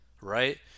right